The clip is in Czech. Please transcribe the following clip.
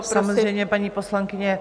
Samozřejmě, paní poslankyně.